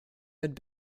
had